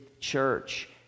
church